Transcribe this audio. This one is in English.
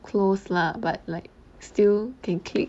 close lah but like still can click